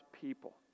people